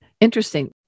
Interesting